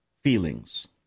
feelings